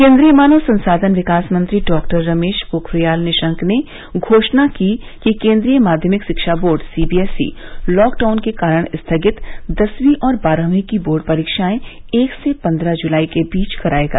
केन्द्रीय मानव संसाधन विकास मंत्री डॉक्टर रमेश पोखरियाल निशंक ने घोषणा की कि केन्द्रीय माध्यमिक शिक्षा बोर्ड सीबीएसई लॉकडाउन के कारण स्थगित दसवीं और बारहवीं की बोर्ड परीक्षाएं एक से पंद्रह जूलाई के बीच कराएगा